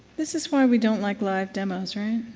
this is why we don't like live demos.